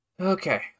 Okay